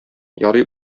ярый